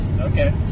Okay